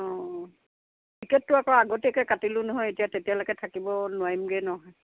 অঁ টিকেটটো আকৌ আগতীয়াকে কাটিলোঁ নহয় এতিয়া তেতিয়ালৈকে থাকিব নোৱাৰিমগে নহয়